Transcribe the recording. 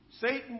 Satan